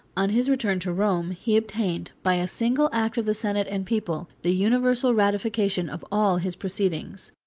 on his return to rome, he obtained, by a single act of the senate and people, the universal ratification of all his proceedings.